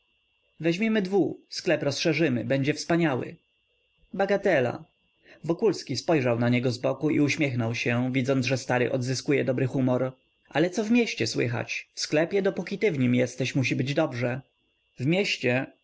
weźmiemy dwu sklep rozszerzymy będzie wspaniały bagatela wokulski spojrzał na niego zboku i uśmiechnął się widząc że stary odzyskuje dobry humor ale co w mieście słychać w sklepie dopóki ty w nim jesteś musi być dobrze w mieście